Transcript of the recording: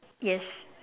yes